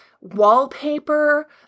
wallpaper